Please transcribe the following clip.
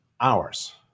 hours